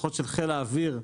לפחות של חיל האוויר,